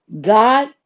God